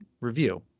review